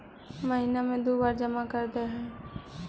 महिना मे दु बार जमा करदेहिय?